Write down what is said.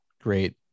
great